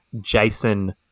Jason